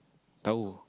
towel